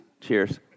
cheers